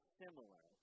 similar